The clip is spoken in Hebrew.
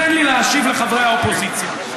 תן לי להשיב לחברי האופוזיציה.